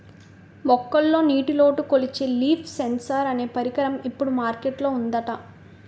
మొక్కల్లో నీటిలోటు కొలిచే లీఫ్ సెన్సార్ అనే పరికరం ఇప్పుడు మార్కెట్ లో ఉందట